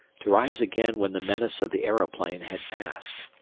to rise again when the menace of the aeroplane had passed.